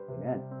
Amen